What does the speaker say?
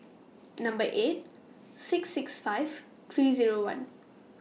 Number eight six six five three Zero one